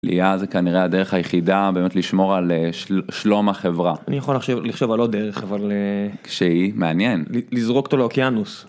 ליה זה כנראה הדרך היחידה, באמת, לשמור על שלום החברה, אני יכול לחשוב על עוד דרך אבל, שהיא? מעניין לזרוק אותו לאוקיינוס.